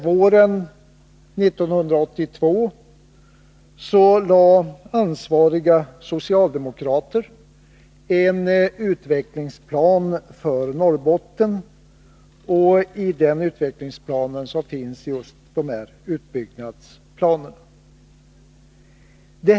Våren 1982 lade ansvariga socialdemokrater fram en utvecklingsplan för Norrbotten. I den utvecklingsplanen finns just de här utbyggnadsprojekten med.